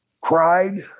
cried